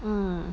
mm